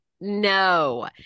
No